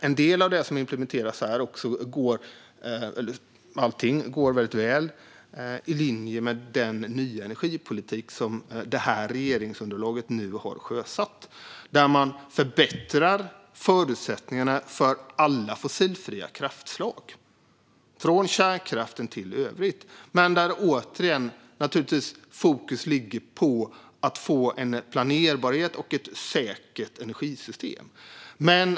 En del av det som implementeras här - eller allting - ligger väldigt väl i linje med den nya energipolitik som regeringsunderlaget nu har sjösatt. Man förbättrar förutsättningarna för alla fossilfria kraftslag, från kärnkraften till övrigt. Men, återigen: Fokus ligger naturligtvis på att få en planerbarhet och ett säkert energisystem.